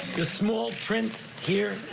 the small print here.